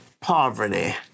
poverty